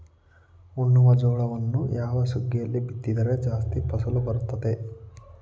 ಉಣ್ಣುವ ಜೋಳವನ್ನು ಯಾವ ಸುಗ್ಗಿಯಲ್ಲಿ ಬಿತ್ತಿದರೆ ಜಾಸ್ತಿ ಫಸಲು ಬರುತ್ತದೆ?